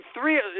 three